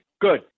Good